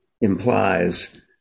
implies